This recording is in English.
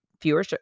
fewer